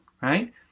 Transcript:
right